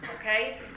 okay